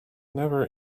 never